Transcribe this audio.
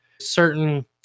certain